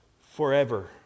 forever